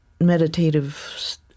meditative